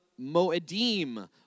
Moedim